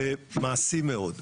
ומעשי מאוד.